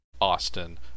Austin